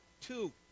two